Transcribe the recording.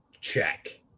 Check